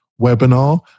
Webinar